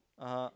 (uh huh)